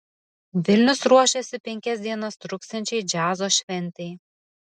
vilnius ruošiasi penkias dienas truksiančiai džiazo šventei